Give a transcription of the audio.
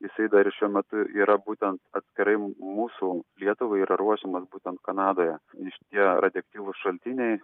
jis dar ir šiuo metu yra būtent atskirai mūsų lietuvai yra ruošiamas būtent kanadoje šitie radioaktyvūs šaltiniai